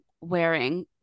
wearing